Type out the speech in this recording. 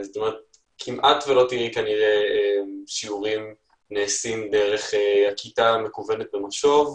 כמעט ולא תראי כנראה שיעורים נעשים דרך הכיתה המקוונת במשוב,